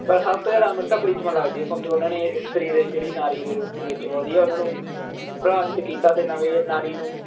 ਪਰ ਸਭ ਤੋਂ ਜ਼ਿਆਦਾ ਅੰਮ੍ਰਿਤਾ ਪ੍ਰੀਤਮ ਲੱਗਦੀ ਕਿਉਂਕਿ ਉਹਨਾਂ ਨੇ ਇਸਤਰੀ ਦੇ ਜਿਹੜੀ ਨਾਰੀ ਦੇ ਰੂਪ ਵਿੱਚ ਵਧੀਆ ਉਹਨਾਂ ਨੂੰ ਪ੍ਰਭਾਵਿਤ ਕੀਤਾ ਅਤੇ ਨਵੇਂ ਨਾਰੀ ਨੂੰ